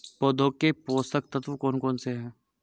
पौधों के पोषक तत्व कौन कौन से हैं?